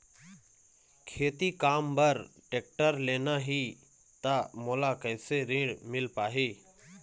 खेती काम बर टेक्टर लेना ही त मोला कैसे ऋण मिल पाही?